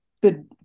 good